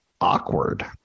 awkward